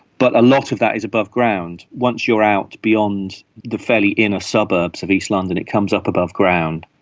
but a lot of that is above ground. once you are out beyond the fairly inner suburbs of east london it comes up above ground,